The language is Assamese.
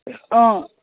অঁ